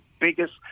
biggest